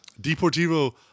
Deportivo